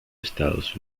estados